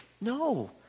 No